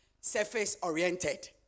surface-oriented